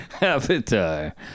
Avatar